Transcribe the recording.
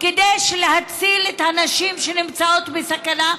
כדי להציל את הנשים שנמצאות בסכנה,